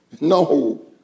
No